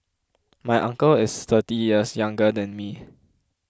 my uncle is thirty years younger than me